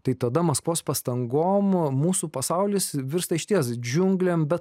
tai tada maskvos pastangomis mūsų pasaulis virsta išties džiunglėm be